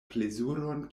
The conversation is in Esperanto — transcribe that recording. plezuron